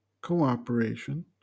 cooperation